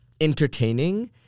entertaining